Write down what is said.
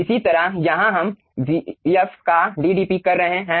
इसी तरह यहाँ हम vf का d dP कर रहे हैं